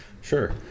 Sure